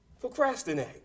procrastinate